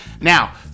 Now